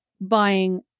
buying